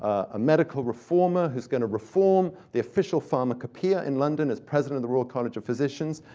ah a medical reformer who's going to reform the official pharmacopoeia in london as president of the royal college of physicians.